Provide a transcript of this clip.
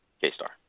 K-Star